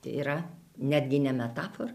tai yra netgi ne metafora